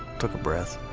took a breath,